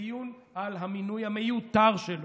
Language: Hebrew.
בדיון על המינוי המיותר שלו.